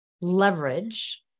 leverage